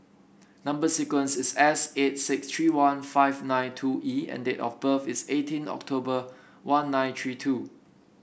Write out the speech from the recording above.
number sequence is S eight six three one five nine two E and date of birth is eighteen October one nine three two